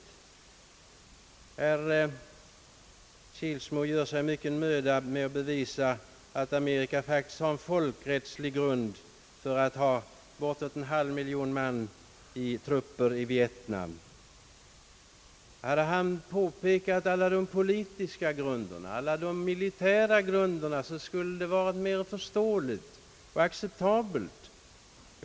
Herr Kilsmo gör sig mycken möda med att bevisa att Amerika faktiskt har en folkrättslig grund för att hålla trupper som uppgår till bortåt en halv miljon man i Vietnam. Hade han framhållit de politiska och militära grunderna skulle det vara mer förståeligt.